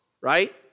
right